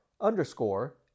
underscore